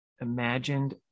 Imagined